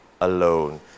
Alone